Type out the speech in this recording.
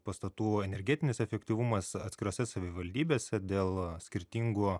pastatų energetinis efektyvumas atskirose savivaldybėse dėl skirtingų